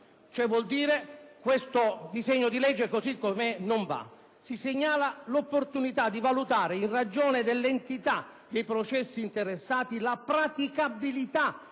Vuol dire che questo disegno di legge così com'è non va. Inoltre: «si segnala l'opportunità di valutare, in ragione dell'entità dei processi interessati, la praticabilità